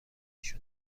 شده